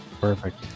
perfect